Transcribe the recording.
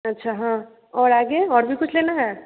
अच्छा हाँ और आगे और भी कुछ लेना है